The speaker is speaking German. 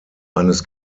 eines